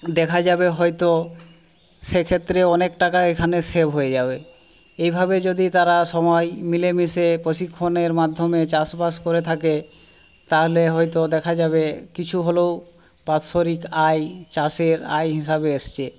দেখা যাবে হয়তো সেক্ষেত্রে অনেক টাকা এখানে সেভ হয়ে যাবে এইভাবে যদি তারা সময় মিলে মিশে প্রশিক্ষণের মাধ্যমে চাষবাস করে থাকে তাহলে হয়তো দেখা যাবে কিছু হলেও বাৎসরিক আয় চাষের আয় হিসাবে এসছে